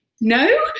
no